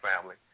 family